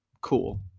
cool